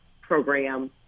program